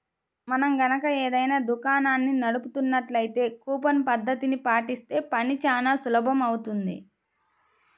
మనం గనక ఏదైనా దుకాణాన్ని నడుపుతున్నట్లయితే కూపన్ పద్ధతిని పాటిస్తే పని చానా సులువవుతుంది